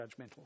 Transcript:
judgmental